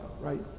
right